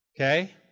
Okay